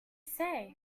say